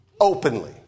openly